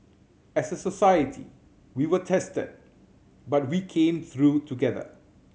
as a society we were tested but we came through together